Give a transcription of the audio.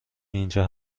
اینجا